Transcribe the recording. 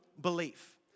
belief